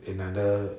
another